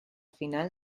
final